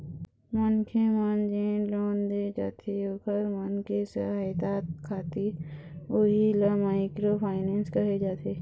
मनखे मन जेन लोन दे जाथे ओखर मन के सहायता खातिर उही ल माइक्रो फायनेंस कहे जाथे